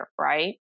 Right